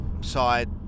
side